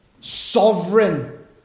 Sovereign